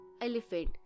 elephant